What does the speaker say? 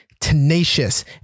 tenacious